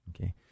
Okay